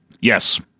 Yes